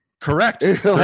Correct